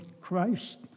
Christ